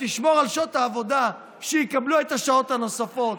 תשמור על שעות העבודה, שיקבלו את השעות הנוספות.